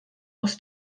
aus